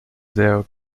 xiao